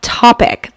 topic